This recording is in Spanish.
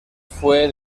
fue